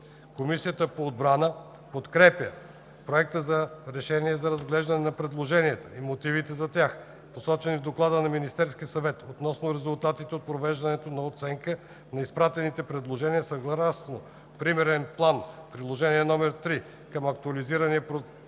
Комисията по отбрана подкрепя „Проект на решение за разглеждане на предложенията и мотивите за тях, посочени в Доклада на Министерския съвет относно резултатите от провеждането на оценка на изпратените предложения съгласно Примерен план (Пътна карта) – Приложение № 3 към Актуализирания проект